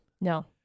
No